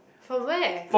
from where